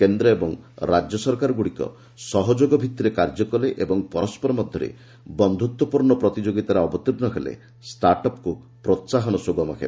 କେନ୍ଦ୍ର ଏବଂ ରାଜ୍ୟ ସରକାରଗୁଡ଼ିକ ସହଯୋଗ ଭିତ୍ତିରେ କାର୍ଯ୍ୟ କଲେ ଏବଂ ପରସ୍କର ମଧ୍ୟରେ ବନ୍ଧୁତ୍ୱପୂର୍ଣ୍ଣ ପ୍ରତିଯୋଗିତାରେ ଅବତୀର୍ଷ ହେଲେ ଷ୍ଟାର୍ଟ ଅପ୍କୁ ପ୍ରୋହାହନ ସୁଗମ ହେବ